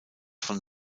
von